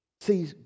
See